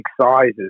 sizes